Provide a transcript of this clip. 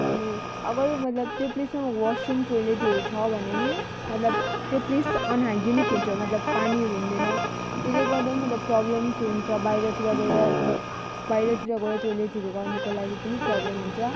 अनि अगर मतलब त्यो प्लेसमा वासरुम टोइलेटहरू छ भने पनि मतलब त्यो प्लेस अनहाइजेनिक हुन्छ मतलब पानीहरू हुँदैन त्यसले गर्दा मतलब प्रब्लम्स हुन्छ बाहिरतिर गएर मतलब बाहिरतिर गएर टोइलेटहरू गर्नुको लागि पनि प्रब्लम हुन्छ